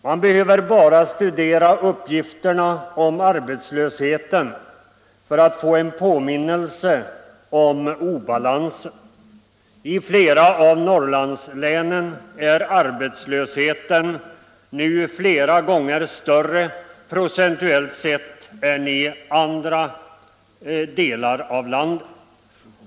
Man behöver bara studera uppgifterna om arbetslösheten för att få påminnelser om obalansen. I flera av Norrlandslänen är arbetslösheten flera gånger större procentuellt sett än vad den är i Sydoch Mellansverige.